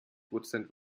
prozent